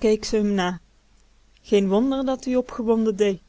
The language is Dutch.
keek ze m na geen wonder dat-ie opgewonden dee